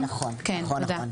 נכון, נכון.